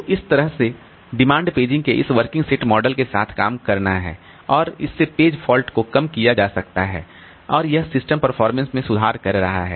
तो इस तरह से इस डिमांड पेजिंग को इस वर्किंग सेट मॉडल के साथ काम करना है और इससे पेज फॉल्ट को कम किया जा सकता है और यह सिस्टम परफॉर्मेंस में सुधार कर रहा है